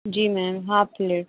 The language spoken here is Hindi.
ji ma'am half plate